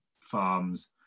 farms